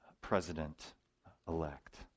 president-elect